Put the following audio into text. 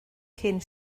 cyn